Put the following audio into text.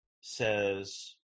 says